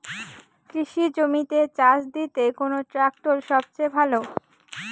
কৃষি জমিতে চাষ দিতে কোন ট্রাক্টর সবথেকে ভালো?